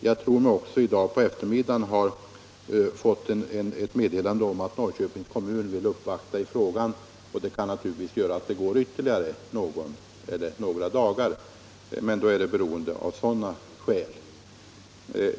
Men jag har nu på eftermiddagen fått ett meddelande om att Norrköpings kommun vill göra en uppvaktning i frågan, och därigenom kanske handläggningen tar ytterligare någon eller några dagar i anspråk.